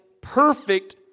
perfect